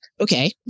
Okay